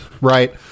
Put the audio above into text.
right